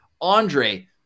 Andre